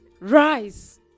Rise